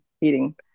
eating